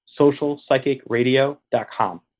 socialpsychicradio.com